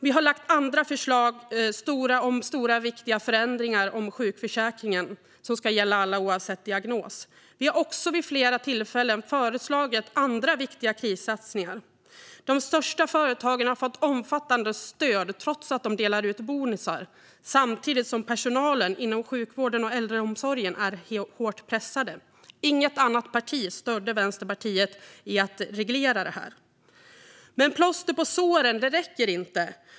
Vi har lagt fram andra förslag om stora och viktiga förändringar av sjukförsäkringen, som ska gälla alla oavsett diagnos. Vi har också vid flera tillfällen föreslagit andra viktiga krissatsningar. De största företagen har fått stora omfattande stöd trots att de delar ut bonusar, samtidigt som personalen inom sjukvården och äldreomsorgen är hårt pressad. Inget annat parti stödde Vänsterpartiet i att reglera detta. Plåster på såren räcker inte.